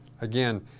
Again